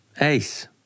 ace